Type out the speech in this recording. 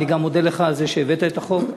אני מודה גם לך על זה שהבאת את החוק.